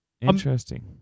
Interesting